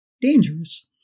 dangerous